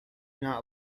not